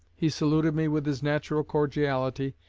he saluted me with his natural cordiality,